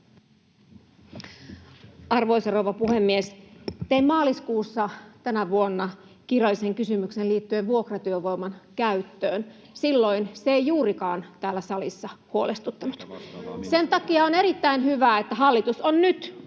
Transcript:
Arvoisa rouva puhemies! Tein maaliskuussa tänä vuonna kirjallisen kysymyksen liittyen vuokratyövoiman käyttöön. Silloin se ei juurikaan täällä salissa huolestuttanut. [Antti Kurvinen: Olisipa